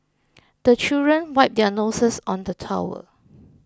the children wipe their noses on the towel